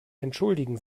entschuldigen